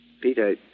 Peter